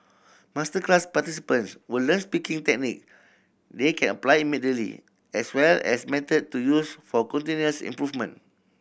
masterclass participants will learn speaking technique they can apply immediately as well as method to use for continuous improvement